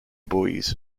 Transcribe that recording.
buoys